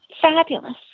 fabulous